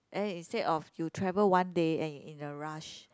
then instead of you travel one day and you in a rush